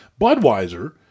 Budweiser